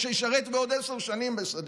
או ישרת בעוד עשר שנים בסדיר,